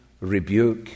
rebuke